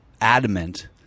adamant